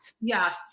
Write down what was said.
Yes